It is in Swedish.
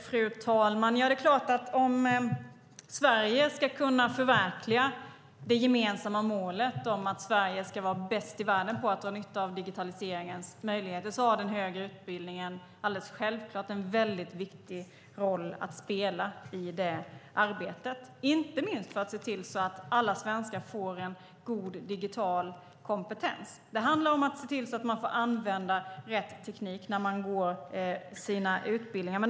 Fru talman! Om Sverige ska kunna förverkliga det gemensamma målet om att Sverige ska vara bäst i världen på att dra nytta av digitaliseringens möjligheter har den högre utbildningen självklart en väldigt viktig roll att spela i det arbetet, inte minst för att se till att alla svenskar får en god digital kompetens. Det handlar om att se till att man får använda rätt teknik när man går sina utbildningar.